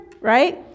right